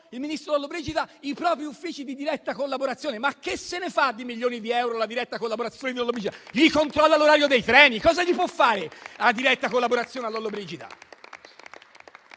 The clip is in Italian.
di altri milioni di euro i propri uffici di diretta collaborazione. Ma cosa se ne fa di milioni di euro chi lavora alla diretta collaborazione di Lollobrigida? Gli controlla l'orario dei treni? Cosa può fare la diretta collaborazione a Lollobrigida?